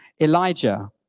Elijah